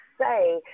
say